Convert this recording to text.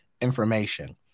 information